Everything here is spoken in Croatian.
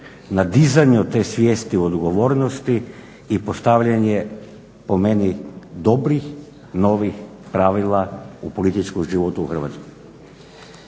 na dizanju te svijesti o odgovornosti i postavljanje po meni dobrih, novih pravila u političkom životu u Hrvatskoj.